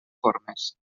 formes